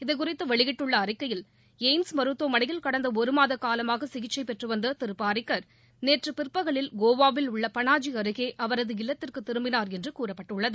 இதுகுறித்து வெளியிடப்பட்டுள்ள அறிக்கையில் எய்ம்ஸ் மருத்துவமனையில் கடந்த ஒரு மாத காலமாக சிகிச்சை பெற்றுவந்த திரு பாரிக்கர் நேற்று பிற்பகலில் கோவாவில் உள்ள பனாஜி அருகே அவரது இல்லத்திற்கு திரும்பினார் என்று கூறப்பட்டுள்ளது